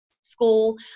school